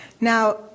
Now